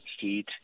heat